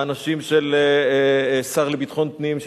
האנשים של השר לביטחון פנים,